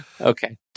Okay